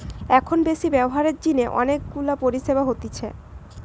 এখন বেশি ব্যবহারের জিনে অনেক গুলা পরিষেবা হতিছে